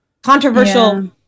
controversial